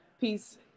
peace